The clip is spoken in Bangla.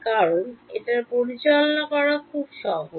কারণ এটি পরিচালনা করা খুব সহজ